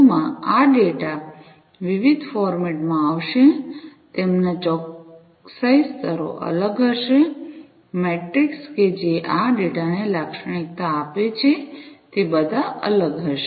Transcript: વધુમાં આ ડેટા વિવિધ ફોર્મેટમાં આવશે તેમના ચોકસાઇ સ્તરો અલગ હશે મેટ્રિક્સ કે જે આ ડેટાને લાક્ષણિકતા આપે છે તે બધા અલગ હશે